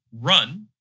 run